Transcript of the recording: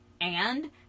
And